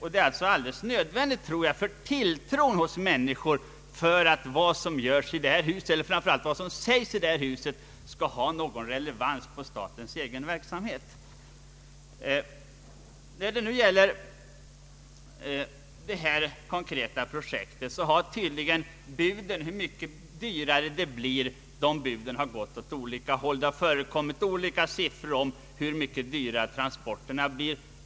Sådan lokalisering är alldeles nödvändig för att människorna skall ha tilltro till att vad som sägs i detta hus har någon relevans för statens egen verksamhet. När det gäller detta konkreta projekt om myntverket har det tydligen förekommit olika bud om hur mycket dyrare transporterna blir.